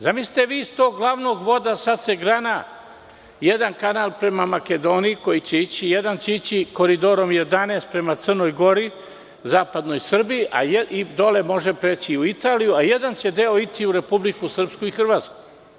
Zamislite da se iz glavnog voda grana jedan kanal prema Makedoniji, jedan će ići Koridorom 11 prema Crnoj Gori, Zapadnoj Srbiji i može preći u Italiju, a jedan će deo ići u Republiku Srpsku i Hrvatsku.